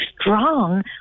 strong